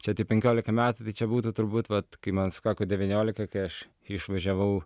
čia tie penkiolika metų tai čia būtų turbūt vat kai man sukako devyniolika kai aš išvažiavau